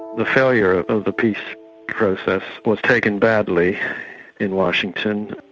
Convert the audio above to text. the failure of the peace process was taken badly in washington.